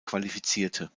qualifizierte